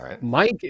Mike